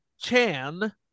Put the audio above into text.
Chan